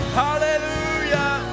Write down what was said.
hallelujah